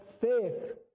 faith